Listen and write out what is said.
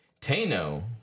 Tano